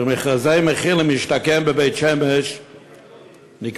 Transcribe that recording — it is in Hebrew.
במכרזי "מחיר למשתכן" בבית-שמש נקבעו